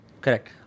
Correct